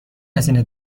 هزینه